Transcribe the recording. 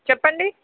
చెప్పండీ